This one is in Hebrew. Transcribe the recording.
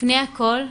לפני הכל,